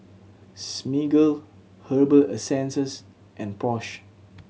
Smiggle Herbal Essences and Porsche